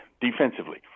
defensively